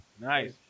Nice